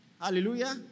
Hallelujah